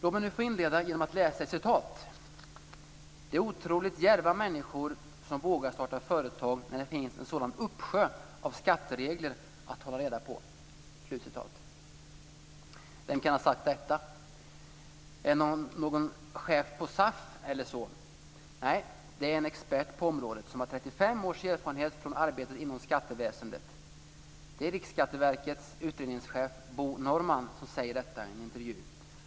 Låt mig nu inleda genom att läsa upp ett citat: "Det är otroligt djärva människor som vågar starta företag när det finns en sådan uppsjö av skatteregler att hålla reda på." Vem kan ha sagt detta? Är det någon chef på SAF eller så? Nej, det är en expert på området som har 35 års erfarenhet av arbete inom skatteväsendet. Det är Riksskatteverkets utredningschef Bo Norrman som säger detta i en intervju.